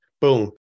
Boom